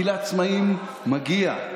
כי לעצמאים מגיע.